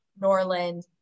Norland